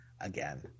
again